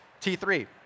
T3